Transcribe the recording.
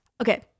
Okay